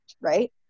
right